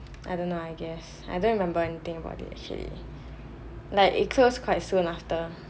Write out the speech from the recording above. I don't know I guess I don't remember anything about it actually like it closed quite soon after